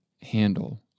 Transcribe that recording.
handle